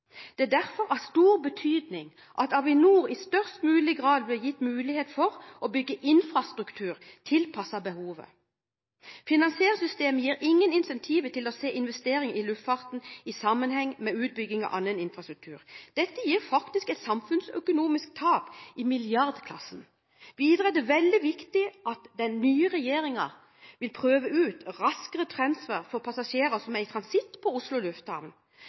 er derfor av stor betydning at Avinor i størst mulig grad blir gitt mulighet til å bygge infrastruktur tilpasset behovet. Finansieringssystemet gir ingen incentiver til å se investeringer i luftfarten i sammenheng med utbygging av annen infrastruktur. Dette gir faktisk et samfunnsøkonomisk tap i milliardklassen. Videre er det veldig viktig at den nye regjeringen vil prøve ut raskere transfer for passasjerer som er i transitt på Oslo Lufthavn.